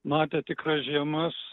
matė tikras žiemas